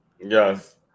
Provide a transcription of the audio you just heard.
yes